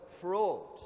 Fraud